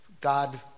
God